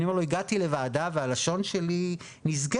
אני אומר לו "..הגעתי לוועדה.." והלשון שלי נסגרת.